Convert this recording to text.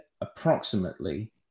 approximately